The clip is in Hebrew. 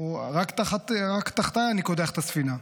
רק תחתיי אני קודח בספינה.